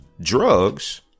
drugs